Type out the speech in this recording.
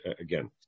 again